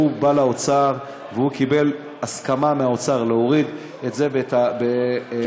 שהוא בא לאוצר וקיבל הסכמה מהאוצר להוריד את המחיר,